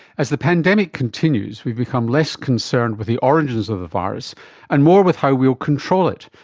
as the pandemic continues, we become less concerned with the origins of the virus and more with how we will control it.